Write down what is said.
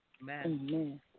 Amen